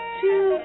two